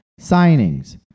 signings